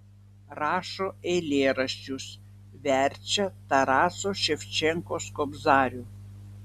rašo eilėraščius verčia taraso ševčenkos kobzarių